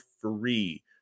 free